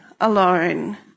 alone